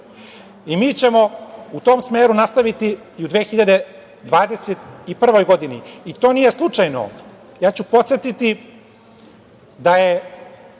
ćemo u tom smeru nastaviti i u 2021. godini. To nije slučajno, jer ja ću podsetiti da je